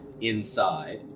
inside